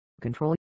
control